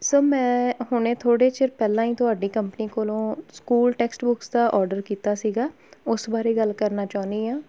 sir ਮੈਂ ਹੁਣੇ ਥੋੜ੍ਹੇ ਚਿਰ ਪਹਿਲਾਂ ਹੀ ਤੁਹਾਡੀ ਕੰਪਨੀ ਕੋਲੋਂ ਸਕੂਲ ਟੈਕਸਟ ਬੁੱਕਸ ਦਾ ਔਡਰ ਕੀਤਾ ਸੀਗਾ ਉਸ ਬਾਰੇ ਗੱਲ ਕਰਨਾ ਚਾਹੁੰਦੀ ਹਾਂ